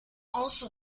also